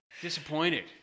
disappointed